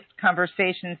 conversations